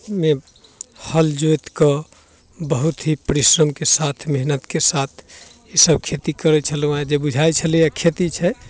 मे हल जोतिकऽ बहुत ही परिश्रमके साथ मेहनतिके साथ ईसब खेती करै छलहुँ हँ जे बुझाइ छलैए खेती छै